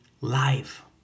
Live